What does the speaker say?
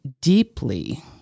deeply